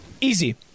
Easy